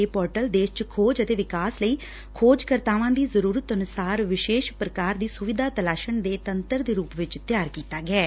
ਇਹ ਪੋਰਟਲ ਦੇਸ਼ ਚ ਖੋਜ ਅਤੇ ਵਿਕਾਸ ਲਈ ਖੋਜ ਕਰਤਾਵਾ ਦੀ ਜ਼ਰੁਰਤ ਅਨੁਸਾਰ ਵਿਸ਼ੇਸ਼ ਪ੍ਰਕਾਰ ਦੀ ਸੁਵਿਧਾ ਤਲਾਸਣ ਦੇ ਤੰਤਰ ਦੇ ਰੁਪ ਚ ਤਿਆਰ ਕੀਤਾ ਗਿਐ